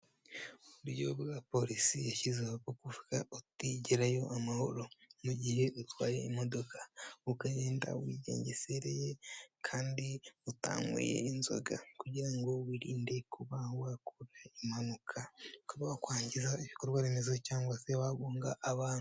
Uburyo bwa polisi yashyizeho bwo kuvuga uti gerayo amahoro mugihe utwaye imodoka, ukagenda wigengesereye kandi utanyweye inzoga kugira ngo wirinde kuba wakora impanuka ukaba wakwangiza ibikorwa remezo cyangwa se wagonga abantu.